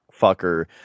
fucker